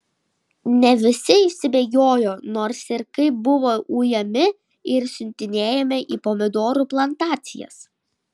ne visi išsibėgiojo nors ir kaip buvo ujami ir siuntinėjami į pomidorų plantacijas